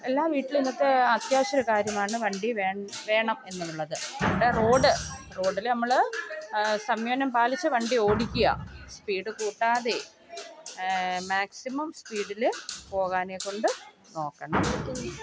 എല്ലാ വീട്ടിലും ഇന്നത്തെ അത്യാവശ്യം കാര്യമാണ് വണ്ടി വേണം എന്നുള്ളത് റോഡ് റോഡിൽ നമ്മൾ സംയമനം പാലിച്ച് വണ്ടി ഓടിക്കുക സ്പീഡ് കൂട്ടാതെ മാക്സിമം സ്പീഡിൽ പോകാനേക്കൊണ്ട് നോക്കണം